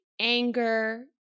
anger